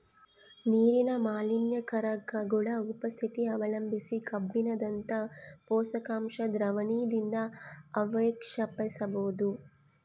ನೀರಿನ ಮಾಲಿನ್ಯಕಾರಕಗುಳ ಉಪಸ್ಥಿತಿ ಅವಲಂಬಿಸಿ ಕಬ್ಬಿಣದಂತ ಪೋಷಕಾಂಶ ದ್ರಾವಣದಿಂದಅವಕ್ಷೇಪಿಸಬೋದು